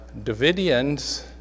Davidians